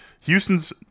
Houston's